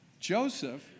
Joseph